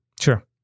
Sure